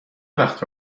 وقت